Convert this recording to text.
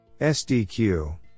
SDQ